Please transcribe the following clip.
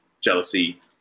jealousy